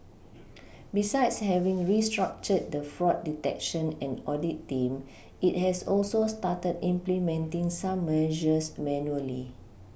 besides having restructured the fraud detection and audit team it has also started implementing some measures manually